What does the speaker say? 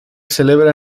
celebra